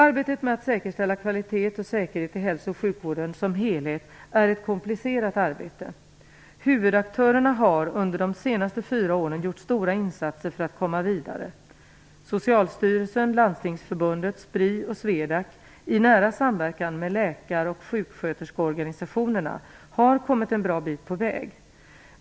Arbetet med att säkerställa kvalitet och säkerhet i hälso och sjukvården som helhet är ett komplicerat arbete. Huvudaktörerna har under de senaste fyra åren gjort stora insatser för att komma vidare. Socialstyrelsen, Landstingsförbundet, SPRI och SWEDAC i nära samverkan med läkar och sjuksköterskeorganisationerna har kommit en bra bit på väg.